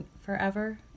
forever